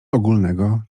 ogólnego